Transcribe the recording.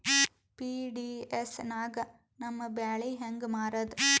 PDS ನಾಗ ನಮ್ಮ ಬ್ಯಾಳಿ ಹೆಂಗ ಮಾರದ?